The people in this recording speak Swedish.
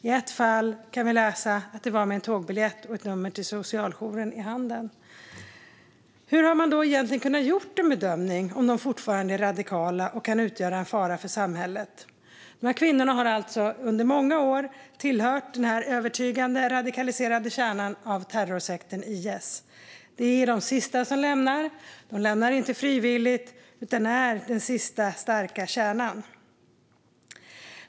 I ett fall kan vi läsa att kvinnan släpptes med en tågbiljett och ett nummer till socialjouren i handen. Hur har man då egentligen kunnat göra en bedömning av om de fortfarande är radikala och kan utgöra en fara för samhället? De här kvinnorna har alltså under många år tillhört den övertygade radikaliserade kärnan av terrorsekten IS. De är de sista som lämnar den. De lämnar den inte frivilligt utan är den sista starka kärnan.